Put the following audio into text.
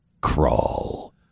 Crawl